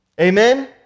Amen